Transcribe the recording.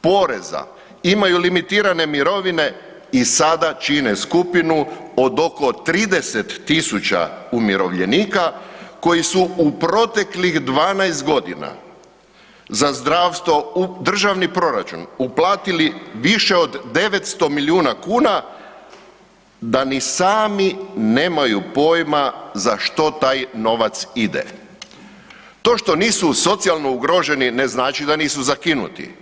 poreza, imaju limitirane mirovine i sada čine skupine od oko 30 000 umirovljenika koji su u proteklih 12 g. za zdravstvo u državni proračun uplatili više od 900 milijuna kn da ni sami nemaju pojma za što taj novac ide. to što nisu socijalno ugroženi, ne znači da nisu zakinuti.